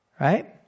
Right